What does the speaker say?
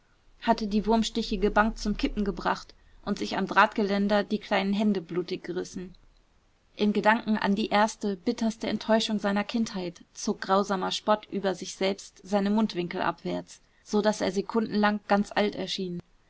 hatte die wurmstichige bank zum kippen gebracht und sich am drahtgeländer die kleinen hände blutig gerissen in gedanken an die erste bitterste enttäuschung seiner kindheit zog grausamer spott über sich selbst seine mundwinkel abwärts so daß er sekundenlang ganz alt erschien